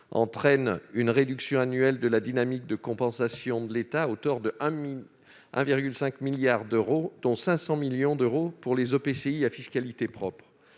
entraîne une réduction annuelle de la dynamique de compensation de l'État, à hauteur de 1,5 milliard d'euros, dont 500 millions d'euros pour les EPCI à fiscalité propre.